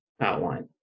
outline